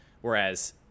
Whereas